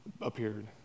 appeared